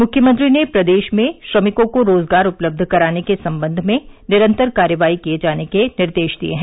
मुख्यमंत्री ने प्रदेश में श्रमिकों को रोजगार उपलब्ध कराने के संबंध में निरंतर कार्यवाही किए जाने के निर्देश दिए हैं